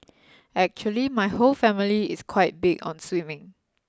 actually my whole family is quite big on swimming